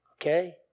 Okay